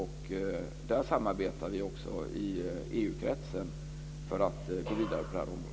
Vi samarbetar också i EU-kretsen för att gå vidare på det området.